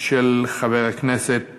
חבר הכנסת